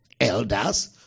Elders